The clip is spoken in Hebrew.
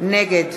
נגד